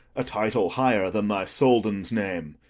a title higher than thy soldan's name.